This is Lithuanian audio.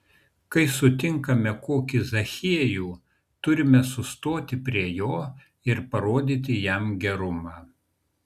kai sutinkame kokį zachiejų turime sustoti prie jo ir parodyti jam gerumą